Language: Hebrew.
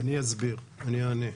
אני אענה.